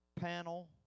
panel